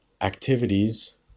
activities